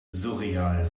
surreal